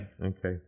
Okay